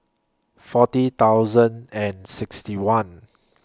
forty thousand and sixty one